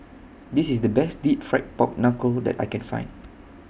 This IS The Best Deep Fried Pork Knuckle that I Can Find